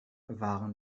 waren